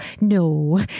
No